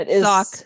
sock